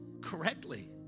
correctly